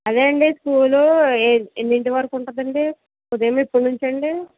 అదే అండి స్కూలు ఎన్నింటి వరకు ఉంటుందండి ఉదయం ఎప్పటినుంచండి